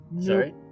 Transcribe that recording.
Sorry